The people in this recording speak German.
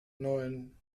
neun